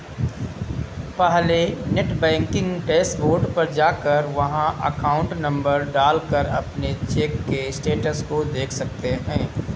पहले net banking dashboard पर जाकर वहाँ अकाउंट नंबर डाल कर अपने चेक के स्टेटस को देख सकते है